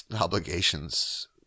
obligations